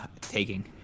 taking